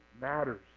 matters